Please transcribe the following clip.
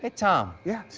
ah tom? yeah,